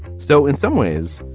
so in some ways,